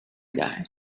guy